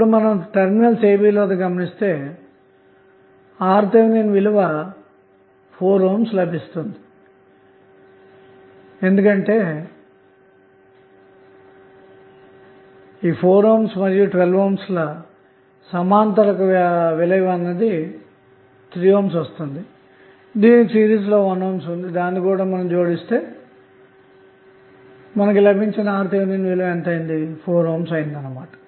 ఇప్పుడు మీరు terminals a b ల వద్ద గమనిస్తే RTh విలువ 4 ohm లభిస్తుంది ఎందుకంటె 4 ohm మరియు 12 ohm ల సమాంతర విలువ అయిన 3 ohm కి సిరీస్ లో గల 1 ohm వలన మనకు 3 ohm ప్లస్ 1 ohm అంటే 4 ohm లభించింది అన్నమాట